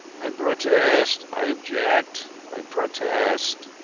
i protest i object i protest!